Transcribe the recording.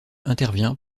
intervient